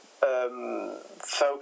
Focus